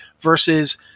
versus